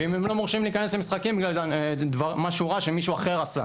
ואם הם לא מורשים להיכנס למשחקים בגלל משהו רע שמישהו אחר עשה.